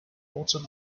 horton